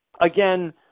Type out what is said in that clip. again